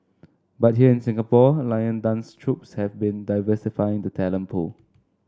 but here in Singapore lion dance troupes have been diversifying the talent pool